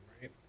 right